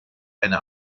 eine